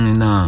no